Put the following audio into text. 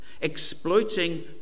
exploiting